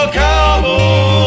cowboy